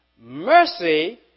Mercy